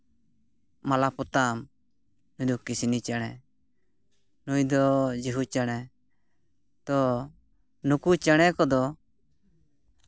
ᱢᱟᱞᱟᱯᱚᱛᱟᱢ ᱱᱩᱭ ᱫᱚ ᱠᱤᱥᱱᱤ ᱪᱮᱬᱮ ᱱᱩᱭᱫᱚ ᱡᱩᱦᱩ ᱪᱮᱬᱮ ᱛᱚ ᱱᱩᱠᱩ ᱪᱮᱬᱮ ᱠᱚᱫᱚ